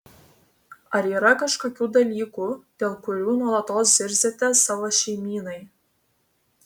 ar yra kažkokių dalykų dėl kurių nuolatos zirziate savo šeimynai